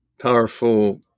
powerful